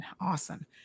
Awesome